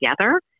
together